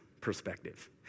perspective